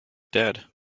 dead